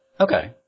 Okay